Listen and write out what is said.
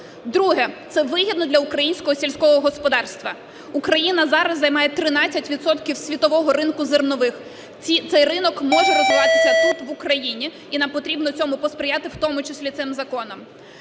Друге. Це вигідно для українського сільського господарства. Україна зараз займає 13 відсотків світового ринку зернових. Цей ринок може розвиватися тут, в Україні, і нам потрібно цьому посприяти, в тому числі цим законом.